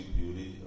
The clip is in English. beauty